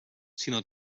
sinó